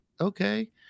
Okay